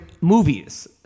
movies